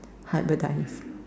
hybridize